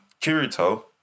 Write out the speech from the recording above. Kirito